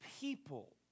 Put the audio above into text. people